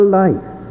life